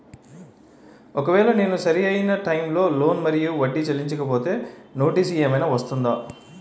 ఒకవేళ నేను సరి అయినా టైం కి లోన్ మరియు వడ్డీ చెల్లించకపోతే నోటీసు ఏమైనా వస్తుందా?